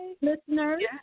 Listeners